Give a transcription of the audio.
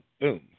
Boom